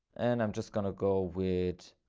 and i'm just going to go with,